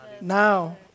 Now